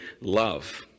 love